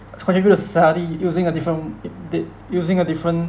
it's contribute to study using a different it did using a different